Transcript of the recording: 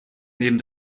neben